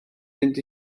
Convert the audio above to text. mynd